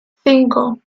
cinco